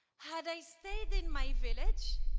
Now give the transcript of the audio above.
had i stayed in my village,